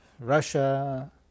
Russia